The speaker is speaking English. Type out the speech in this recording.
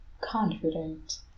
confident